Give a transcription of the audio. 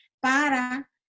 para